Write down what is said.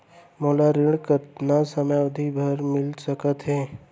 मोला ऋण कतना समयावधि भर मिलिस सकत हे?